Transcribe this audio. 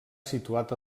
situat